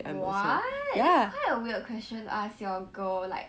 what that's quite a weird question to ask your girl like